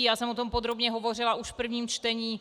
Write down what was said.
Já jsem o tom podrobně hovořila už v prvním čtení.